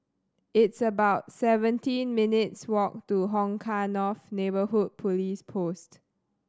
it's about seventeen minutes' walk to Hong Kah North Neighbourhood Police Post